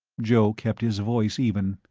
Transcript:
joe kept his voice even.